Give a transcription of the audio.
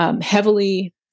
heavily